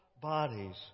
bodies